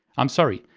i'm sorry,